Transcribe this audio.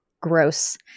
gross